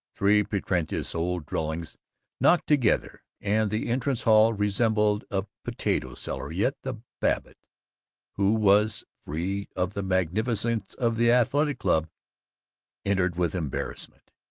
three pretentious old dwellings knocked together, and the entrance-hall resembled a potato cellar, yet the babbitt who was free of the magnificence of the athletic club entered with embarrassment.